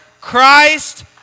Christ